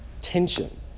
tension